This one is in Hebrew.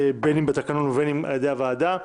בין אם בתקנון ובין אם על ידי הוועדה,